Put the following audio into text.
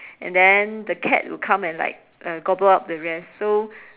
and then the cat will come and like uh gobble up the rest so